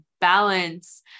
balance